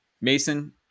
Mason